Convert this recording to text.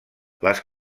les